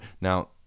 now